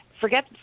forget